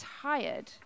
tired